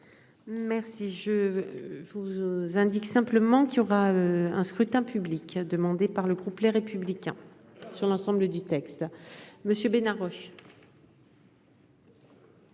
Merci, je vous indique simplement qu'il y aura un scrutin public a demandé par le groupe, les républicains sur l'ensemble du texte monsieur Bénard Roche.